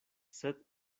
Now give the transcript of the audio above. sed